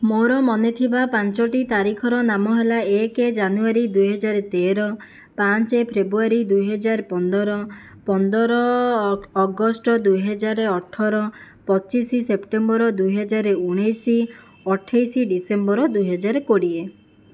ମୋ'ର ମନେଥିବା ପାଞ୍ଚଟି ତାରିଖର ନାମ ହେଲା ଏକ ଜାନୁଆରୀ ଦୁଇ ହଜାର ତେର ପାଞ୍ଚ ଫେବ୍ରୁଆରୀ ଦୁଇ ହଜାର ପନ୍ଦର ପନ୍ଦର ଅଗଷ୍ଟ ଦୁଇ ହଜାର ଅଠର ପଚିଶ ସେପ୍ଟେମ୍ବର ଦୁଇ ହଜାର ଉଣାଇଶ ଅଠାଇଶ ଡିସେମ୍ବର ଦୁଇ ହଜାର କୋଡ଼ିଏ